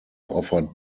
offered